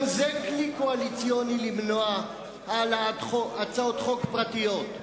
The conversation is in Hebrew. גם זה כלי קואליציוני למנוע הצעות חוק פרטיות.